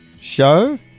show